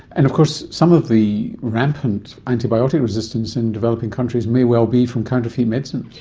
and of course some of the rampant antibiotic resistance in developing countries may well be from counterfeit medicines.